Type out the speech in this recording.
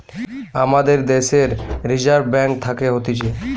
আমাদের দ্যাশের reserve bank থাকে হতিছে